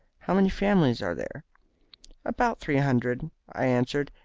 how many families are there about three hundred i answered.